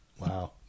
Wow